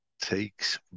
takes